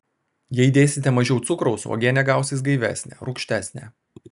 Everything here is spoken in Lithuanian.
jei dėsite mažiau cukraus uogienė gausis gaivesnė rūgštesnė